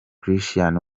christian